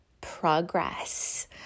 progress